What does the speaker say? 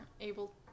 able